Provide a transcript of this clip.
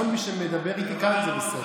כל מי שמדבר איתי כאן זה בסדר.